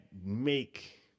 make